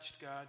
God